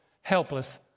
helpless